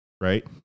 right